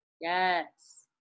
Yes